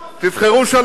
מה הממשלה הזאת עושה למען